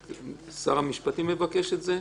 אנשי משרד המשפטים, שר המשפטים מבקש את זה?